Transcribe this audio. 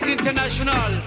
International